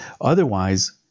Otherwise